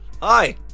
Hi